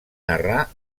narrar